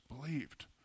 believed